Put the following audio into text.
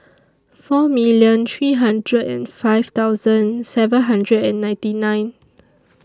four million three hundred and five seven hundred and ninety nine